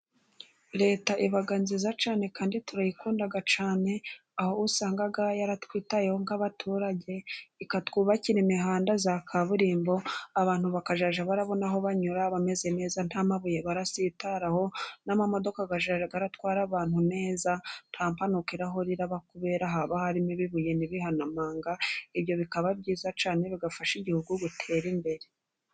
Leta iba nziza cyane kandi turayikunda cyane, aho usanga yaratwitayeho nk'abaturage. Ikatwubakira imihanda ya kaburimbo, abantu bakazajya barabona aho banyura bameze neza, nta mabuye barasitaraho, n'amamodoka akajya aratwara abantu neza nta mpanuka irahora iraba, kubera haba harimo ibibuye n'ibihanamanga. Ibyo bikaba byiza cyane bigafasha Igihugu gutera imbere.